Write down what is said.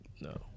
no